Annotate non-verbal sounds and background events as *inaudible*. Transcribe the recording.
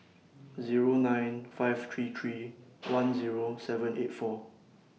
Zero nine five three three *noise* one Zero seven eight four